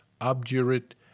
obdurate